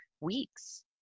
weeks